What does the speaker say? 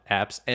apps